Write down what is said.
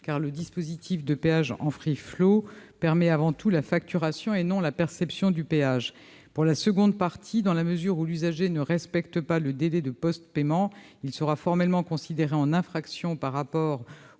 car le dispositif de péage en permet avant tout la facturation, et non la perception du péage. Pour la seconde partie, dans la mesure où l'usager ne respecte pas le délai de post-paiement, il sera formellement considéré comme ayant